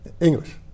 English